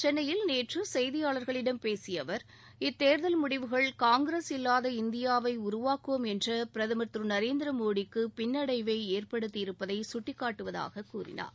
சென்னையில் நேற்று செய்தியாளர்களிடம் பேசிய அவர் இத்தேர்தல் முடிவுகள் காங்கிரஸ் இல்லாத இந்தியாவை உருவாக்குவோம் என்ற பிரதமர் திரு நரேந்திர மோடிக்கு பின்னடைவை ஏற்படுத்தியிருப்பதை சுட்டிக்காட்டுவதாகக் கூறினார்